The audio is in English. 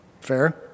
Fair